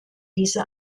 diese